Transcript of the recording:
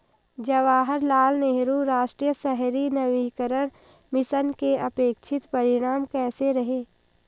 जवाहरलाल नेहरू राष्ट्रीय शहरी नवीकरण मिशन के अपेक्षित परिणाम कैसे रहे?